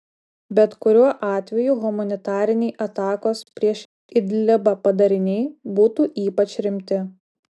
bet kuriuo atveju humanitariniai atakos prieš idlibą padariniai būtų ypač rimti